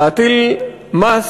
להטיל מס